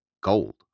gold